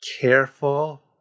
careful